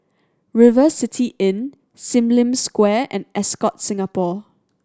River City Inn Sim Lim Square and Ascott Singapore